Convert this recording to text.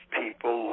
people